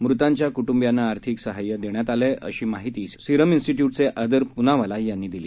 मृतांच्या क्टंबियांना आर्थिक सहाय्य देण्यात आलं आहे अशी माहिती सिरम इन्स्टियूटचे अदर पूनावाला यांनी दिली